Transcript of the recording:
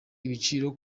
ibiciro